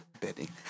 Betting